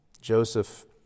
Joseph